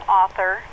author